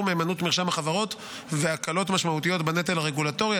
מהימנות מרשם החברות והקלות משמעותיות בנטל הרגולטורי.